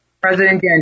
President